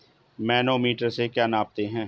Manometer से क्या नापते हैं?